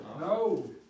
No